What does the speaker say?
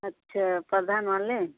अच्छा प्रधान मान लें